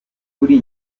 kuri